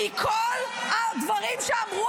מכל הדברים שאמרו